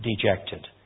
Dejected